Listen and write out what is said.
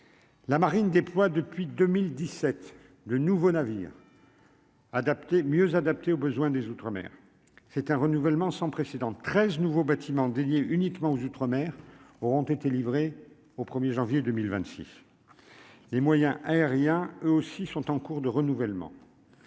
La marine déploie depuis 2017 2 nouveaux navires. Adapter mieux adaptée aux besoins des mer c'est un renouvellement sans précédent 13 nouveaux bâtiments dédiés uniquement aux outre-mer auront été livrés au 1er janvier 2026 les moyens aériens, eux aussi, sont en cours de renouvellement